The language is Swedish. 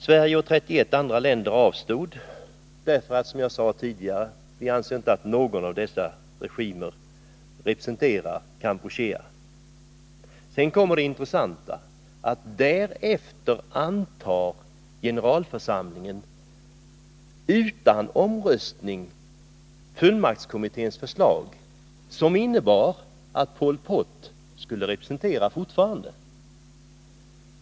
Sverige och 31 andra länder avstod från att rösta därför att vi — som jag sade tidigare — inte anser att någon av dessa regimer representerar Kampuchea. Sedan kommer det intressanta, nämligen att generalförsamlingen utan omröstning antar fullmaktskommitténs förslag som innebar att Pol Potregimen fortfarande skulle representera Kampuchea.